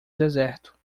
deserto